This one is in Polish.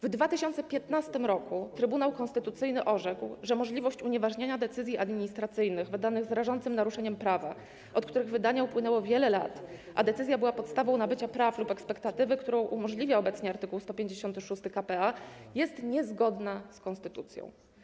W 2015 r. Trybunał Konstytucyjny orzekł, że możliwość unieważniania decyzji administracyjnych wydanych z rażącym naruszeniem prawa, od których wydania upłynęło wiele lat, a decyzja była podstawą nabycia praw lub ekspektatywy, którą umożliwia obecnie art. 156 k.p.a., jest niezgodna z konstytucją.